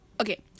Okay